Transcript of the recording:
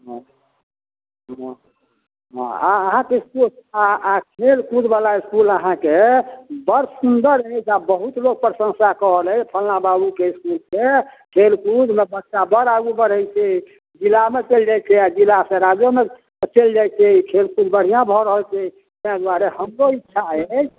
हँ हँ हँ आ अहाँके इसकुल आ खेलकूद बला इसकुल अहाँके बड़ सुन्दर अछि आ बहुत लोक प्रशंसा कऽ रहल अछि फलना बाबूके इसकुल से खेलकूदमे बच्चा बड़ आगू बढ़ैत छै जिलामे चलि जाइत छै आ जिलासँ राज्योमे चलि जाइत छै खेलकूद बढ़िआँ भऽ रहल छै तहि दुआरे हमरो इच्छा अछि